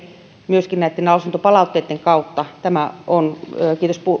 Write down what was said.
myöskin lausuntopalautteitten kautta kiitos